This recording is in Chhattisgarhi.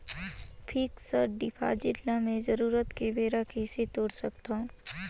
फिक्स्ड डिपॉजिट ल मैं जरूरत के बेरा कइसे तोड़ सकथव?